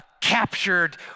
captured